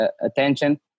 attention